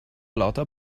lauter